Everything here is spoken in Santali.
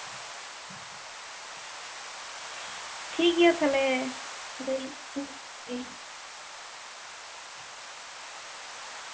ᱴᱷᱤᱠᱜᱮᱭᱟ ᱛᱟᱦᱚᱞᱮ